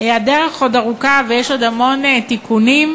הדרך עוד ארוכה ויש עוד המון תיקונים,